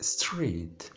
Street